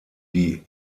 die